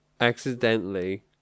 accidentally